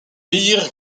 bear